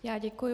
Já děkuji.